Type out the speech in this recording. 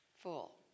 Full